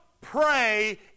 pray